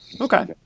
Okay